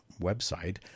website